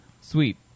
Sweet